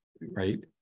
right